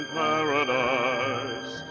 paradise